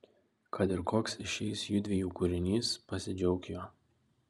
kad ir koks išeis judviejų kūrinys pasidžiauk juo